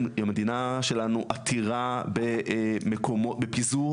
המדינה שלנו עתירה בפיזור,